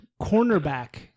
cornerback